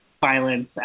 violence